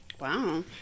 Wow